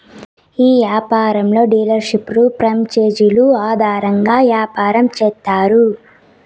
ఈ యాపారంలో డీలర్షిప్లు ప్రాంచేజీలు ఆధారంగా యాపారం చేత్తారు